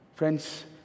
Friends